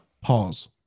pause